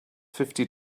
fifty